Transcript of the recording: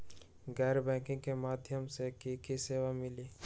गैर बैंकिंग के माध्यम से की की सेवा मिली?